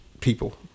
people